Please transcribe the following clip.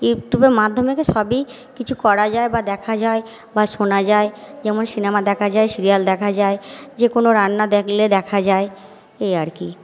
ইউটিউবের মাধ্যমেকে সবই কিছু করা যায় বা দেখা যায় বা শোনা যায় যেমন সিনেমা দেখা যায় সিরিয়াল দেখা যায় যে কোনো রান্না দেখলে দেখা যায় এই আর কি